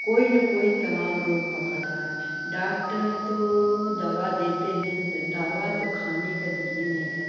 कोई न कोई तमाम रोग पकड़ रहा है डॉक्टर तो दवा देते हैं दवा तो खाने का दिल ही नहीं करता